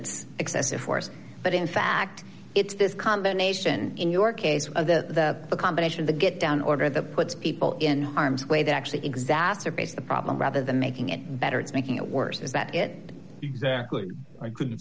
it's excessive force but in fact it's this combination in your case of the combination of the get down order that puts people in harm's way that actually exacerbates the problem rather than making it better it's making it worse is that it